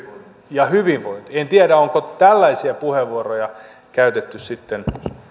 ja hyvinvointi en tiedä onko tällaisia puheenvuoroja käytetty sitten